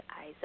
eyes